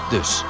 Dus